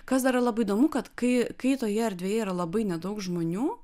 kas dar labai įdomu kad kai kai toje erdvėje yra labai nedaug žmonių